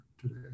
today